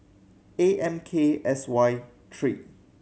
A M K S Y three